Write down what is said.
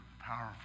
powerful